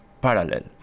parallel